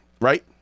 right